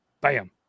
Bam